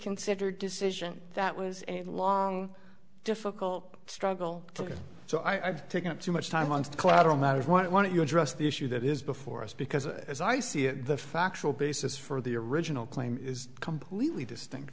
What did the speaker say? considered decision that was a long difficult struggle so i've taken up too much time on the collateral matter of what i want to address the issue that is before us because as i see it the factual basis for the original claim is completely distinct